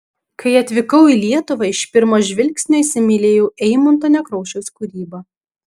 kai atvykau į lietuvą iš pirmo žvilgsnio įsimylėjau eimunto nekrošiaus kūrybą